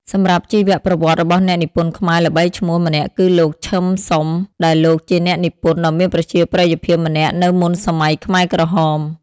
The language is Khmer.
សម្រាប់ជីវប្រវត្តិរបស់អ្នកនិពន្ធខ្មែរល្បីឈ្មោះម្នាក់គឺលោក ឈឹម ស៊ុម ដែលលោក ជាអ្នកនិពន្ធដ៏មានប្រជាប្រិយភាពម្នាក់នៅមុនសម័យខ្មែរក្រហម។